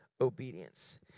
obedience